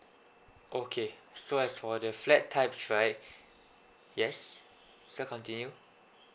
okay so as for the flat types right yes sir continue